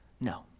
no